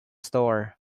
store